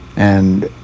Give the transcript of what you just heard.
and